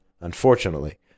unfortunately